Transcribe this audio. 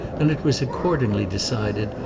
and it was accordingly decided,